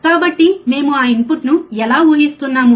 కాబట్టి మేము ఆ ఇన్పుట్ను ఎలా ఉహిస్తున్నాము